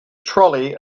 trolley